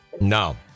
No